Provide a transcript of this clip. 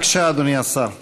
בבקשה, אדוני השר.